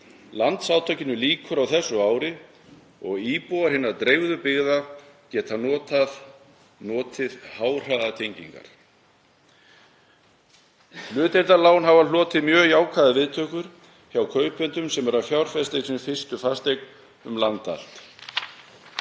Landsátakinu lýkur á þessu ári og íbúar hinna dreifðu byggða geta notið háhraðatengingar. Hlutdeildarlán hafa hlotið mjög jákvæðar viðtökur hjá kaupendum sem eru að fjárfesta í sinni fyrstu fasteign um land